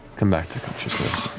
come back to consciousness.